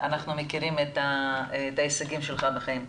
ואנחנו מכירים את ההישגים שלך בחיים.